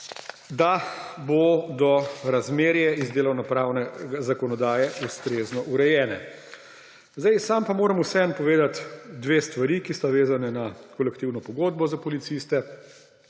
da bodo razmerja iz delovnopravne zakonodaje ustrezno urejena. Sam pa moram vseeno povedati dve stvari, ki sta vezani na Kolektivno pogodbo za policiste